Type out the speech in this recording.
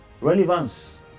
relevance